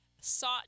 sought